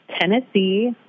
Tennessee